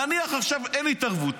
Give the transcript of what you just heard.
נניח שעכשיו אין התערבות,